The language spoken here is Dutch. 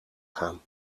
gaan